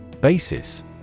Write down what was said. Basis